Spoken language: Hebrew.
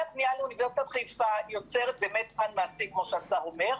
הפנייה לאוניברסיטת חיפה יוצרת פן מעשי כמו שהשר אומר,